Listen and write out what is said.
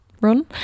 run